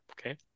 Okay